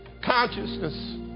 consciousness